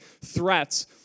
threats